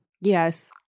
Yes